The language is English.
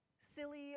silly